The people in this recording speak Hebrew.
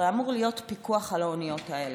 הרי אמור להיות פיקוח על האוניות האלה.